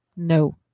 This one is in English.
no